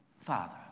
Father